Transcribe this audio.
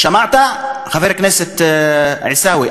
שמעת, חבר הכנסת עיסאווי?